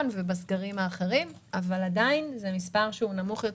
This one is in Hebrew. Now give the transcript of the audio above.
ובסגרים האחרים אבל עדיין זה מספר שהוא נמוך יותר.